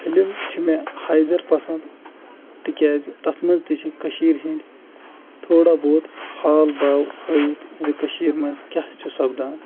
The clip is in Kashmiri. فِلم چھِ مےٚ حیدر پسنٛد تِکیٛازِ تَتھ منٛز تہِ چھِ کٔشیٖر ہٕنٛدۍ تھوڑا بہت حال باو ہٲوِتھ زِ کٔشیٖرِ منٛز کیٛاہ چھُ سَپدان